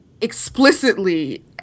explicitly